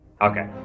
Okay